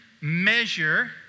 measure